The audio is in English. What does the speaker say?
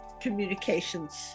communications